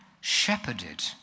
shepherded